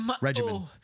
regimen